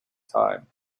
time